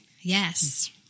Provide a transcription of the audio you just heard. Yes